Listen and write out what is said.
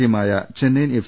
ടീമായാ Chennaiyin F